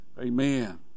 Amen